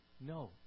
No